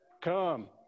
come